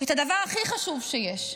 את הדבר הכי חשוב שיש.